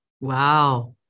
Wow